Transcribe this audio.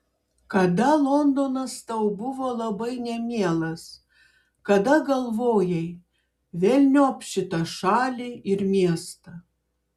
kada londonas tau buvo labai nemielas kada galvojai velniop šitą šalį ir miestą